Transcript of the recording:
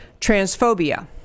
transphobia